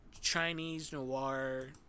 Chinese-noir